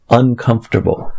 uncomfortable